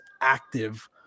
active